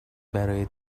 برای